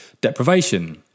deprivation